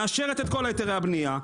מאשרת את כל היתרי הבנייה,